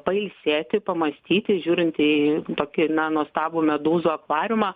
pailsėti pamąstyti žiūrint į tokį na nuostabų medūzų akvariumą